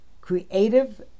creative